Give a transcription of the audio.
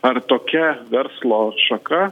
ar tokia verslo šaka